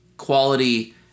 quality